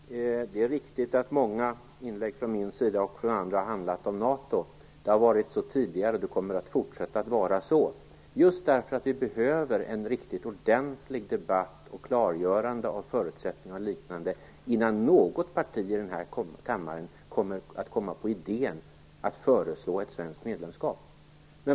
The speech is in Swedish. Herr talman! Det är riktigt att många inlägg från min sida, och från andra, har handlat om NATO. Det har varit så tidigare, och det kommer att fortsätta att vara så, just därför att vi behöver en ordentlig debatt och ett klargörande av förutsättningar och liknande innan något parti här i kammaren kommer på idén att föreslå ett svenskt medlemskap.